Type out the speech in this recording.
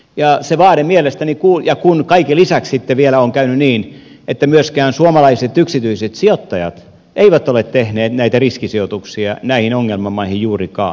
ja se vaatii mielestäni kuin joku on kaiken lisäksi sitten vielä on käynyt niin että myöskään suomalaiset yksityiset sijoittajat eivät ole tehneet näitä riskisijoituksia näihin ongelmamaihin juurikaan